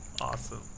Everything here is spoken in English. Awesome